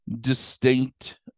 distinct